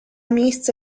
miejsce